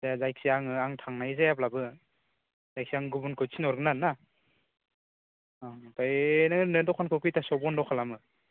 दे जायखिजाया आङो आं थांनाय जायाब्लाबो जायखिजाया आं गुबुनखौ थिनहरगोन आरोना अ ओमफ्राय ओरैनो नों दखानखौ खैथासोआव बन्द' खालामो